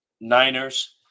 Niners